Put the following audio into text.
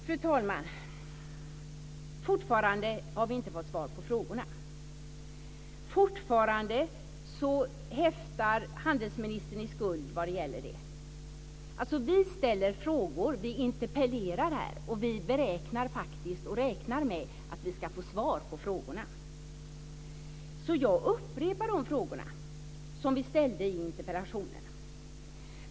Fru talman! Fortfarande har vi inte fått svar på frågorna. Fortfarande häftar handelsministern i skuld vad gäller detta. Alltså vi ställer frågor här, vi interpellerar, och vi räknar faktiskt med att vi ska få svar på frågorna. Så jag upprepar de frågor som vi ställde i interpellationerna.